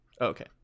Okay